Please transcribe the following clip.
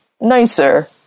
nicer